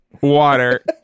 Water